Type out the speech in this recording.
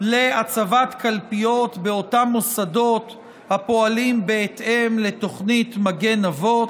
להצבת קלפיות באותם מוסדות הפועלים בהתאם לתוכנית מגן אבות.